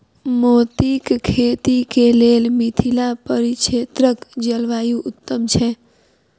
मोतीक खेती केँ लेल मिथिला परिक्षेत्रक जलवायु उत्तम छै?